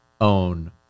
own